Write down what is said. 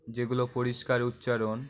যেগুলো পরিষ্কার উচ্চারণ